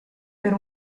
per